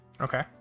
Okay